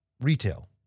retail